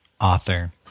author